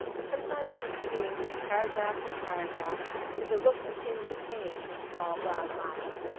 sometimes continuing from paragraph to paragraph with a look akin to pain in his small brown eyes.